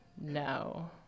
no